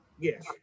Yes